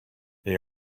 they